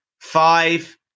five